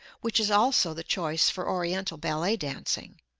which is also the choice for oriental ballet dancing.